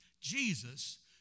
Jesus